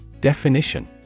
Definition